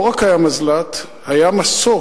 לא רק היה מזל"ט, היה מסוק.